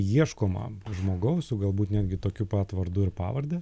ieškoma žmogaus su galbūt netgi tokiu pat vardu ir pavarde